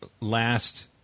last